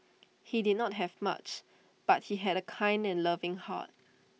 he did not have much but he had A kind and loving heart